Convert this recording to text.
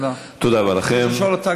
תודה רבה לכן.